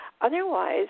otherwise